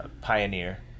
pioneer